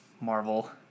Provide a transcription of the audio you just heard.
Marvel